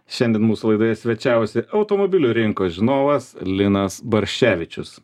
šiandien mūsų laidoje svečiavosi automobilių rinkos žinovas linas barščevičius